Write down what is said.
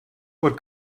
what